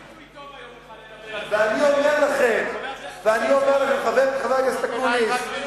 זה לא עיתוי טוב שנתנו לך לדבר, חבר הכנסת חסון.